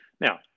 Now